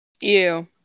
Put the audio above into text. Ew